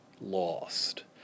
lost